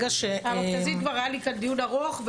על המכת"זית כבר היה לי כאן דיון ארוך,